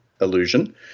illusion